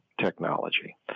technology